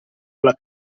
alla